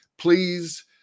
Please